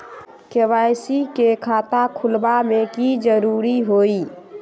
KYC के खाता खुलवा में की जरूरी होई?